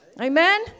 Amen